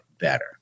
better